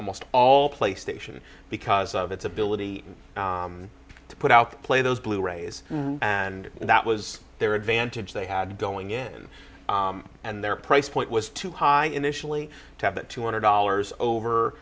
almost all play station because of its ability to put out the play those blu rays and that was their advantage they had going in and their price point was too high initially to have that two hundred dollars over